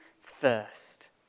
first